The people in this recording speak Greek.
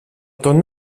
τον